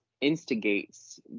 instigates